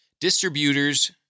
distributors